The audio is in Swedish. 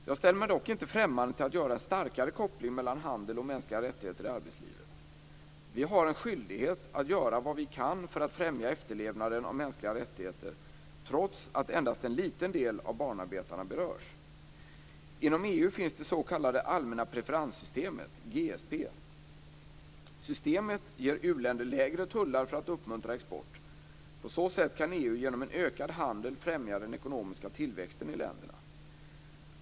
Jag ställer mig dock inte främmande till att göra en starkare koppling mellan handel och mänskliga rättigheter i arbetslivet. Vi har en skyldighet att göra vad vi kan för att främja efterlevnaden av mänskliga rättigheter trots att endast en liten del av barnarbetarna berörs. Inom EU finns det s.k. allmänna preferenssystemet, GSP. Systemet ger u-länder lägre tullar för att uppmuntra export. På så sätt kan EU genom en ökad handel främja den ekonomiska tillväxten i länderna.